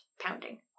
pounding